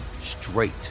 straight